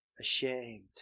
ashamed